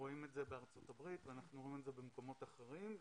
זה בארצות הברית ואנחנו רואים את זה במקומות אחרים.